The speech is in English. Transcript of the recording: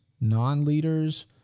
non-leaders